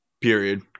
period